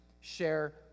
Share